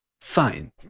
Fine